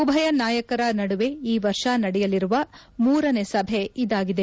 ಉಭಯ ನಾಯಕರ ನಡುವೆ ಈ ವರ್ಷ ನಡೆಯಲಿರುವ ಮೂರನೇ ಸಭೆ ಇದಗಿದೆ